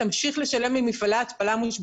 תמשיך לשלם למפעלי ההתפלה המושבתים.